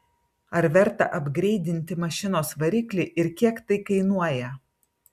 ar verta apgreidinti mašinos variklį ir kiek tai kainuoja